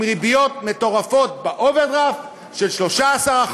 עם ריביות מטורפות באוברדרפט של 13%,